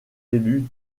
élus